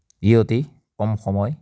ই অতি কম সময়